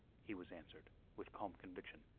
he was answered with calm conviction.